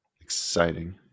Exciting